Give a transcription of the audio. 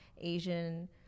Asian